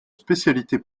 spécialités